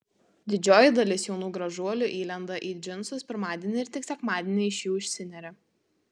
didžioji dalis jaunų gražuolių įlenda į džinsus pirmadienį ir tik sekmadienį iš jų išsineria